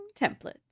templates